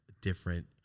different